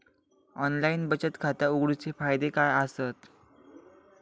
Online बचत खाता उघडूचे फायदे काय आसत?